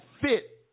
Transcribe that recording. fit